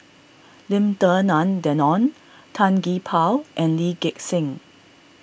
Lim Denan Denon Tan Gee Paw and Lee Gek Seng